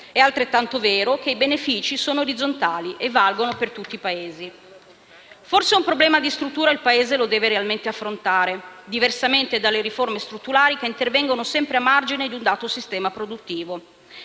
è altrettanto vero che i benefici sono orizzontali e valgono per tutti i Paesi. Forse un problema di struttura il Paese lo deve realmente affrontare, diversamente dalle riforme strutturali che intervengono sempre a margine di un dato sistema produttivo.